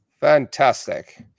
Fantastic